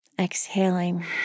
Exhaling